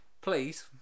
Please